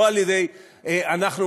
לא על-ידינו מהאופוזיציה,